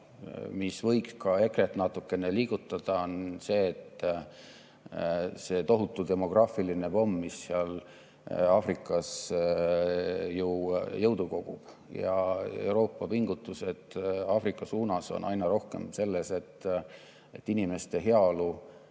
mis võiks ka EKRE‑t natukene liigutada, on see tohutu demograafiline pomm, mis seal Aafrikas ju jõudu kogub. Ja Euroopa pingutused Aafrika suunas on aina rohkem selleks, et inimeste heaolu